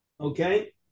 Okay